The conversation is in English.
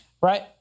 right